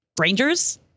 Rangers